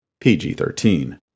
PG-13